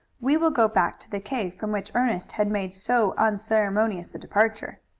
we will go back to the cave from which ernest had made so unceremonious a departure.